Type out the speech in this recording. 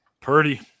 Purdy